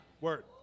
Word